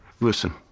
listen